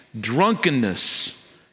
drunkenness